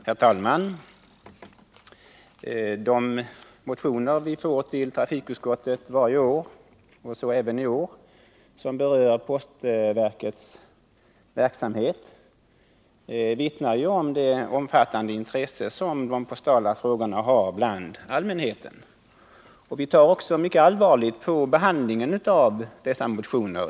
Herr talman! De motioner vi fått till trafikutskottet varje år — och så även i år — som berör postverkets verksamhet vittnar om det omfattande intresse som de postala frågorna visas bland allmänheten. Vi tar i utskottet mycket allvarligt på behandlingen av dessa motioner.